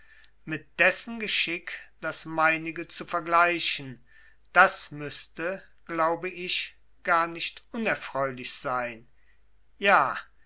mit dessen geschick das meinige zu vergleichen das müßte glaube ich gar nicht unerfreulich sein ja